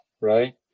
right